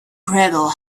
gravel